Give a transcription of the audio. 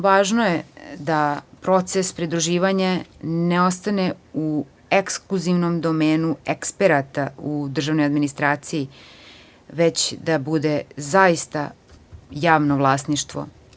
Važno je da proces pridruživanja ne ostane u ekskluzivnom domenu eksperata u državnoj administraciji, već da zaista bude javno vlasništvo.